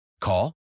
Call